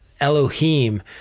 Elohim